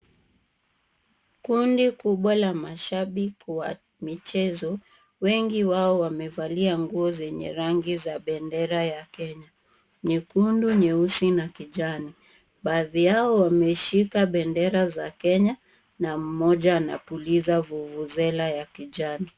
Kundi kubwa la mashabiki wa michezo. Wengi wao wamevalia nguo zenye rangi za bendera ya Kenya, nyekundu, nyeusi na kijani. Baadhi yao wameshika bendera za Kenya na mmoja anapuliza vuvuzela ya kijani.